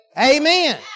Amen